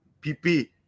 pp